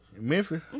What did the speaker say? Memphis